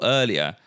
earlier